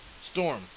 Storm